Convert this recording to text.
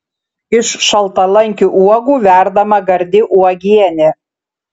iš šaltalankių uogų verdama gardi uogienė